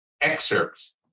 excerpts